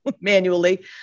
manually